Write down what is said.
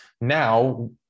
now